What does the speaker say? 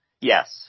Yes